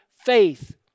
faith